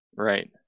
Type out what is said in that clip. Right